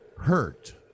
Hurt